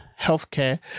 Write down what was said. healthcare